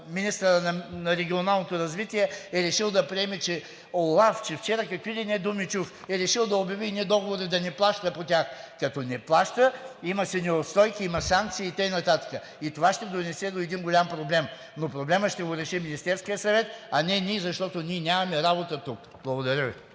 министъра на регионалното развитие е решил да приеме, че ОЛАФ, че вчера какви ли не думи чух, е решил да обяви едни договори да не плаща по тях. Като не плаща, има си неустойки, има санкции и така нататък. И това ще доведе до един голям проблем. Но проблемът ще го реши Министерският съвет, а не ние, защото ние нямаме работа тук. Благодаря Ви.